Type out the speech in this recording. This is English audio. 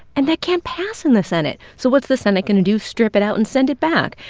and that can't pass in the senate. so what's the senate going to do? strip it out and send it back.